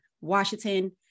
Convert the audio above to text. washington